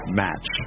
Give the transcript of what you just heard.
match